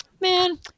man